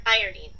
ironing